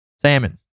Salmon